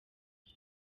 iyi